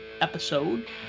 episode